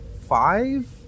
five